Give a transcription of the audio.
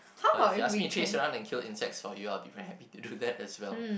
but if you ask me to chase around and kill insects for you all be very happy to do that as well